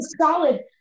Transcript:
solid